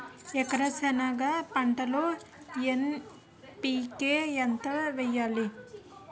ఎకర సెనగ పంటలో ఎన్.పి.కె ఎంత వేయాలి?